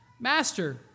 Master